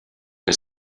que